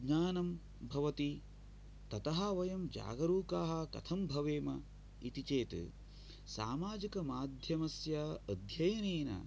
ज्ञानं भवति ततः वयं जागरूकाः कथं भवेम इति चेत् सामाजिकमाध्यमस्य अध्ययनेन